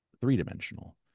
three-dimensional